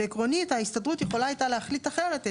ועקרונית ההסתדרות הייתה יכולה להחליט אחרת.